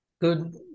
Good